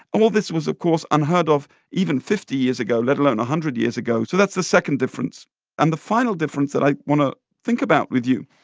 all this was, of course, unheard of even fifty years ago, let alone one hundred years ago. so that's the second difference and the final difference that i want to think about with you